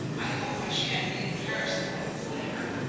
i hope i shan't need paris clothes there!